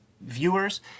viewers